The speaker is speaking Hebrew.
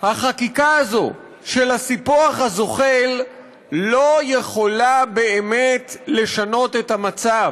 שהחקיקה הזאת של הסיפוח הזוחל לא יכולה באמת לשנות את המצב.